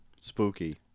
Spooky